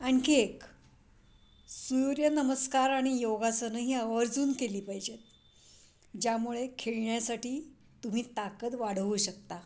आणखी एक सूर्यनमस्कार आणि योगासनं ही आवर्जून केली पाहिजेत ज्यामुळे खेळण्यासाठी तुम्ही ताकद वाढवू शकता